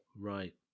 Right